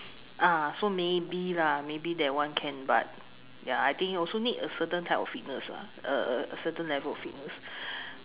ah so maybe lah maybe that one can but ya I think also need a certain type of fitness lah a a certain level of fitness